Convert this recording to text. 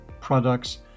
products